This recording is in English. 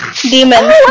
Demon